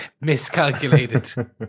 miscalculated